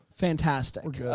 Fantastic